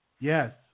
Yes